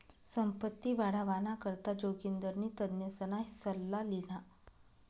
संपत्ती वाढावाना करता जोगिंदरनी तज्ञसना सल्ला ल्हिना